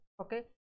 Okay